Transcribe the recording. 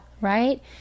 right